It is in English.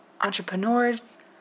entrepreneurs